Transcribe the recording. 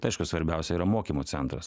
tai aišku svarbiausia yra mokymų centras